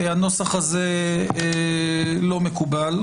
הנוסח הזה לא מקובל.